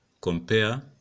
compare